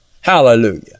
Hallelujah